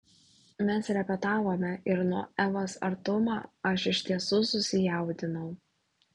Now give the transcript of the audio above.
mes repetavome ir nuo evos artumo aš iš tiesų susijaudinau